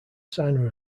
signer